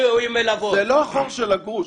זה לא החור של הגרוש.